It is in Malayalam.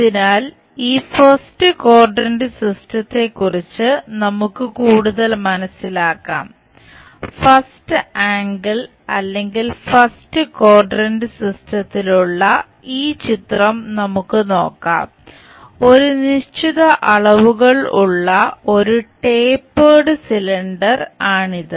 അതിനാൽ ഈ ഫസ്റ്റ് ക്വാഡ്രന്റ് ആണിത്